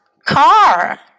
car